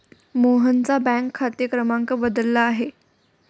मोहनचा बँक खाते क्रमांक बदलला आहे